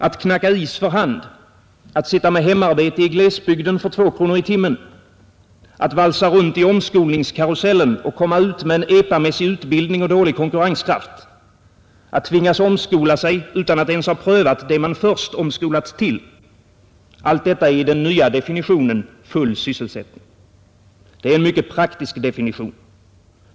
Att knacka is för hand, att sitta med hemarbete i glesbygden för 2 kronor i timmen, att valsa runt i omskolningskarusellen och komma ut med epamässig utbildning och dålig konkurrenskraft, att tvingas omskola sig utan att ens ha prövat det man först omskolats till — allt detta är i den nya definitionen full sysselsättning. Det är en mycket praktisk definition.